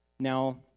Now